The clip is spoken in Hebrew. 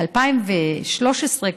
ב-2013,